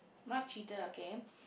not cheater okay